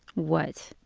what?